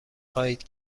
خواهید